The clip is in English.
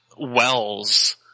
wells